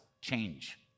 change